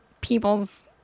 people's